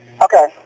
Okay